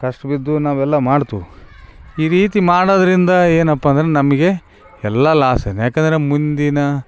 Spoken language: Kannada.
ಕಷ್ಟಬಿದ್ದು ನಾವೆಲ್ಲ ಮಾಡ್ತಿವಿ ಈ ರೀತಿ ಮಾಡೋದ್ರಿಂದ ಏನಪ್ಪ ಅಂದ್ರೆ ನಮಗೆ ಎಲ್ಲ ಲಾಸೇನೆ ಯಾಕಂದರೆ ಮುಂದಿನ